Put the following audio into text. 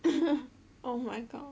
oh my god